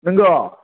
नोंगौ